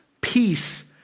peace